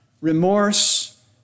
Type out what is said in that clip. remorse